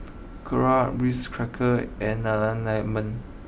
Knorr Ritz Crackers and Nana Lemon